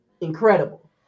incredible